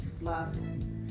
Love